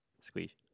Squeeze